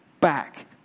back